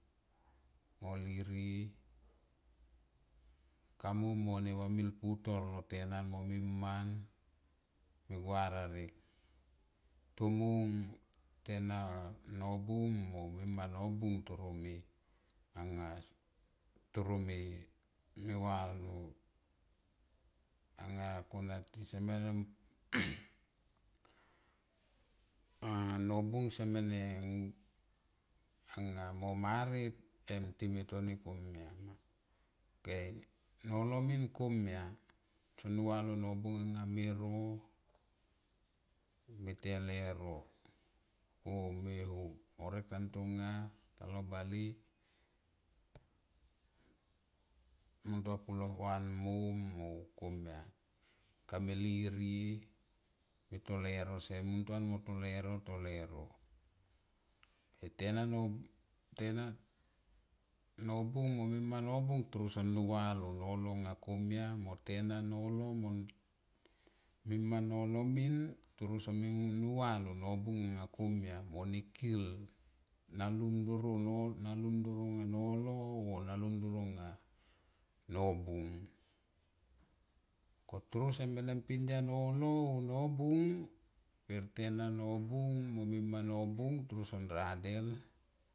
Mo lirie kamu mo vamil putore lo tenan mo miman megua rarek tomung tena nobung mo mima nobung toro me anga toro me va anga kona tese mene a nobung semene anga mo marit emtime toni ok nolo min komia son nu va lo nobung anga mero me te neuro o me ho horek tan tonga lo bale mun ntua pulo huan mom mo komia kame lirie meto leuro se muntaun mo to leuro to leuro e te na nobung, tena nabung mo mima nobung toro son nu va lo nolo nga komia mo tena nolo mo mima nolo min toro samin nu ya anga lo nobung ko toro seme ne pindian nolo o nobung per tena nobung mo mima nobung toro son radel.